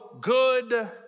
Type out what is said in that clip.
good